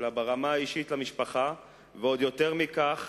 אלא ברמה האישית, למשפחה, ועוד יותר מכך